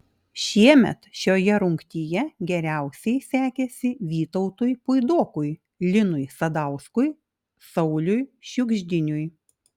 šiemet šioje rungtyje geriausiai sekėsi vytautui puidokui linui sadauskui sauliui šiugždiniui